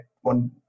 one